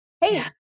Hey